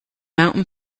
mountain